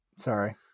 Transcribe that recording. sorry